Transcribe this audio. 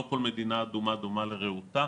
לא כל מדינה אדומה דומה לרעותה.